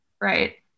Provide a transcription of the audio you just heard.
Right